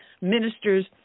ministers